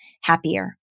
happier